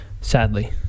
sadly